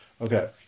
Okay